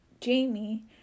Jamie